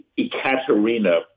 Ekaterina